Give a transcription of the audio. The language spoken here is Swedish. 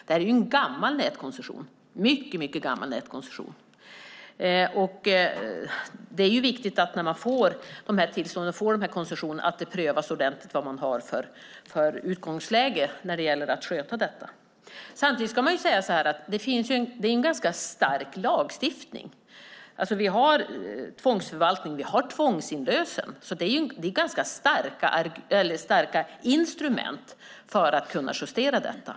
Det här är en mycket gammal nätkoncession, och det är viktigt att det prövas ordentligt vad man har för utgångsläge och möjlighet att sköta detta när man får dessa tillstånd eller koncessioner. Samtidigt ska man säga att vi har en ganska stark lagstiftning. Vi har tvångsförvaltning och vi har tvångsinlösen, så vi har ganska starka instrument för att kunna justera detta.